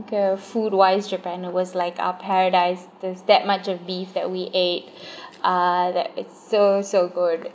um food wise japan was like our paradise there's that much of beef that we ate uh that it's so so good